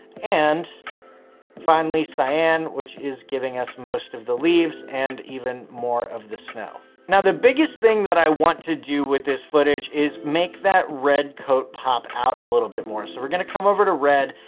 and finally cyan, which is giving us most of the leaves and even more of the snow. now, the biggest thing that i want to do with this footage is make that red coat pop out a little bit more. so we're going to come over to red.